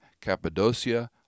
Cappadocia